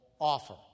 offer